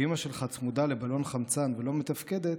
כשאימא שלך צמודה לבלון חמצן ולא מתפקדת,